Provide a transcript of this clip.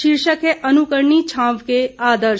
शीर्षक है अनुकरणीय छांव के आदर्श